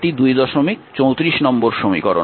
এটি 234 নম্বর সমীকরণ